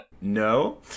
No